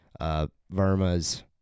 Verma's